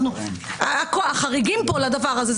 אנחנו החריגים פה לדבר הזה,